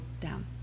down